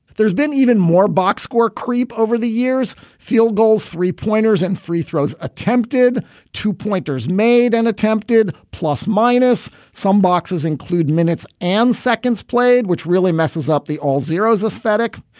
there's been even more box score creep over the years. field goals, three pointers and free throws, attempted two pointers made and attempted plus minus. some boxes include minutes and seconds played, which really messes up the all zeros aesthetic.